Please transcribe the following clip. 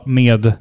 med